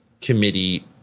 committee